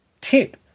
tip